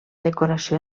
decoració